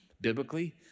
biblically